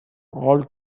all